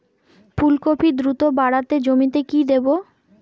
ফুলকপি দ্রুত বাড়াতে জমিতে কি দেবো?